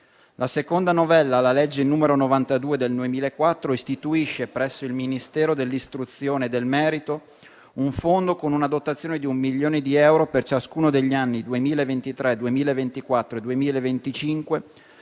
La seconda novella alla legge n. 92 del 2004 istituisce, presso il Ministero dell'istruzione e del merito, un fondo con una dotazione di un milione di euro per ciascuno degli anni 2023, 2024 e 2025,